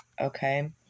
okay